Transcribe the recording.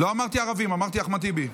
לא אמרתי "ערבים", אמרתי "אחמד טיבי".